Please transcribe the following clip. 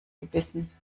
gebissen